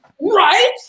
Right